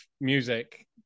music